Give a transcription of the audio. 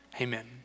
Amen